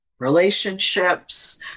relationships